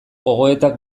gogoetak